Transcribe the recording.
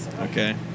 Okay